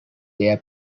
their